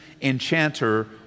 enchanter